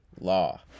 law